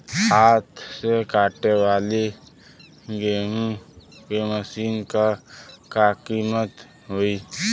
हाथ से कांटेवाली गेहूँ के मशीन क का कीमत होई?